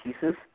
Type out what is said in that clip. pieces